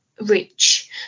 Rich